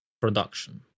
production